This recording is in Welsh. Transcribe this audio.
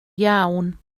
iawn